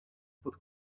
pod